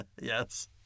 Yes